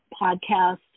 podcast